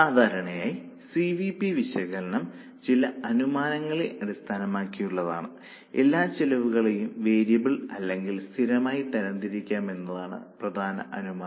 സാധാരണയായി C V P വിശകലനം ചില അനുമാനങ്ങളെ അടിസ്ഥാനമാക്കിയുള്ളതാണ് എല്ലാ ചെലവുളെയും വേരിയബിൾ അല്ലെങ്കിൽ സ്ഥിരമായി തരംതിരിക്കാം എന്നതാണ് പ്രധാന അനുമാനം